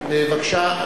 בבקשה,